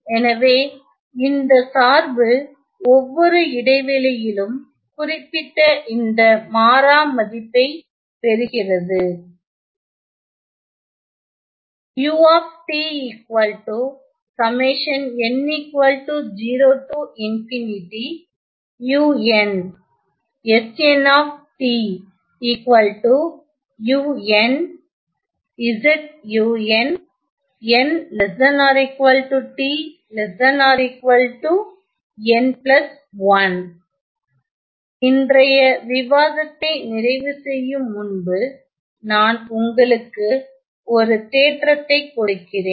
எனவே இந்த சார்பு ஒவ்வொரு இடைவெளியிலும் குறிப்பிட்ட இந்த மாறா மதிப்பை பெறுகிறது இன்றைய விவாதத்தை நிறைவு செய்யும் முன்பு நான் உங்களுக்கு ஒரு தேற்றத்தை கொடுக்கிறேன்